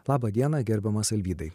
labą dieną gerbiamas alvydai